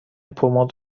پماد